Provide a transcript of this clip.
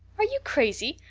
are you crazy?